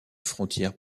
frontière